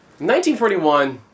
1941